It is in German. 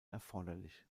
erforderlich